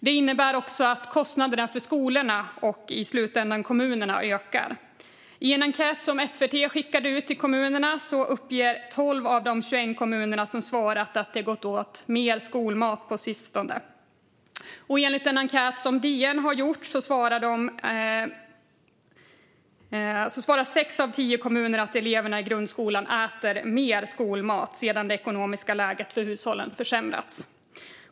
Det innebär även att kostnaderna för skolorna, och i slutändan kommunerna, ökar. I en enkät som SVT skickat ut till kommunerna uppger 12 av de 21 kommuner som svarat att det gått åt mer skolmat på sistone. Enligt en enkät som DN gjort svarar sex av tio kommuner att eleverna i grundskolan äter mer skolmat sedan det ekonomiska läget för hushållen försämrats.